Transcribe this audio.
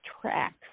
tracks